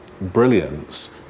brilliance